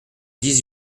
dix